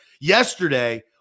yesterday